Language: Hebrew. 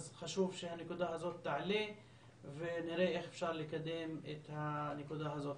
אז חשוב שהנקודה הזאת תעלה ונראה איך אפשר לקדם את הנקודה הזאת.